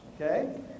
okay